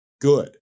good